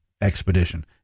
Expedition